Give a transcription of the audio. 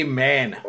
Amen